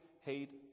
hate